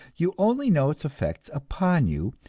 you only know its effects upon you,